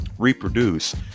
reproduce